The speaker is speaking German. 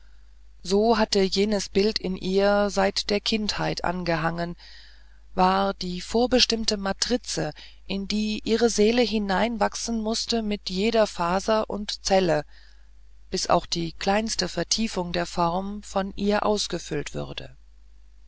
so hatte jenes bild in ihr seit der kindheit an gehangen war die vorbestimmte matrize in die ihre seele hineinwachsen mußte mit jeder faser und zelle bis auch die kleinste vertiefung der form von ihr ausgefüllt sein würde